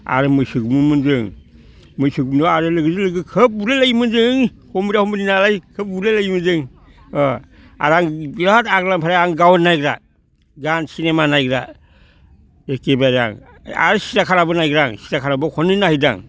आरो मोसौ गुमोमोन जों मैसो गुमोब्ला आरो लोगोफोरजों खोब बुलायलायोमोन जों सम्ब्रा सम्ब्रि नालाय खोब बुलायलायोमोन जों अ आरो आं बिराद आगोलनिफ्राय आं गान नायग्रा गान सिनेमा नायग्रा एकेबारे आं आरो सिरियाखानाबो नायग्रा आं सिरियाखानाबो खननै नायहैदों आं